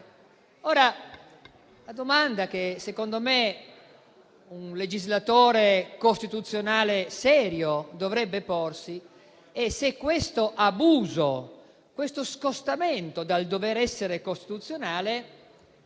La domanda che, secondo me, un legislatore costituzionale serio dovrebbe porsi è se questo abuso, questo scostamento dal dover essere costituzionale,